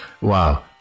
wow